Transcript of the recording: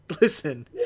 Listen